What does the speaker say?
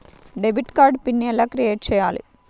Debit card PIN ఎలా create చెయ్యాలి?